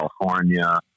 California